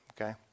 okay